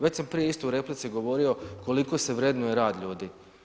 Već sam prije isto u replici govorio koliko se vrednuje rad ljudi.